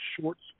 shorts